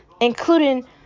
including